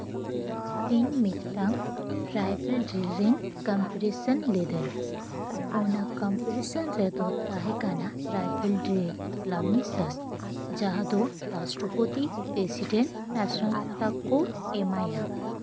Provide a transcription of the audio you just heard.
ᱤᱧ ᱢᱤᱫᱴᱟᱱ rifle drill ᱨᱤᱧ ᱠᱚᱢᱯᱤᱴᱤᱥᱮᱱ ᱞᱤᱫᱟᱹᱧ ᱚᱱᱟ ᱠᱚᱢᱯᱤᱴᱤᱥᱮᱱ ᱨᱮᱫᱚ ᱛᱟᱦᱮᱸ ᱠᱟᱱᱟ ᱨᱟᱭᱯᱷᱮᱞ ᱰᱨᱤᱞ ᱥᱮᱞᱟᱢᱤ ᱥᱚᱯ ᱡᱟᱦᱟᱸ ᱫᱚ ᱨᱟᱥᱴᱨᱚᱯᱚᱛᱤ ᱯᱨᱮᱥᱤᱰᱮᱱᱴ ᱱᱮᱥᱮᱱᱮᱞ ᱯᱷᱮᱞᱟᱜᱽ ᱠᱚ ᱮᱢᱟᱭᱟ